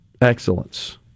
excellence